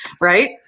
Right